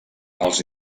els